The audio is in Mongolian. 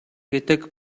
гэдэг